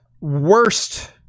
Worst